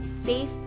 safe